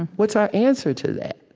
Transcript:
what's our answer to that?